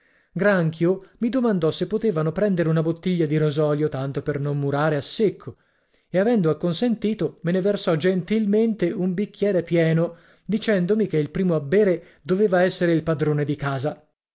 granchio mi domandò se potevano prendere una bottiglia di rosolio tanto per non murare a secco e avendo acconsentito me ne versò gentilmente un bicchiere pieno dicendo che il primo a bere doveva essere il padrone di casa